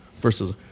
versus